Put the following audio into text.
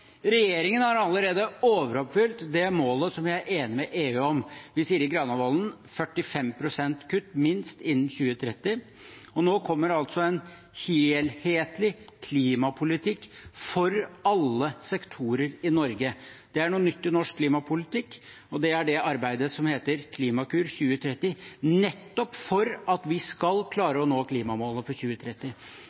Regjeringen har allerede overoppfylt det målet som jeg er enig med EU om: Vi sier i Granavolden-erklæringen minst 45 pst. kutt innen 2030. Nå kommer det en helhetlig klimapolitikk for alle sektorer i Norge. Det er noe nytt i norsk klimapolitikk. Det er det arbeidet som heter Klimakur 2030 – nettopp for at vi skal klare å nå klimamålene for 2030.